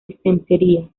disentería